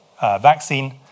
vaccine